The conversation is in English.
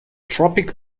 tropic